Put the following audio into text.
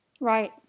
Right